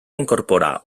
incorporar